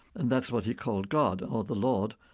and that's what he called god or the lord.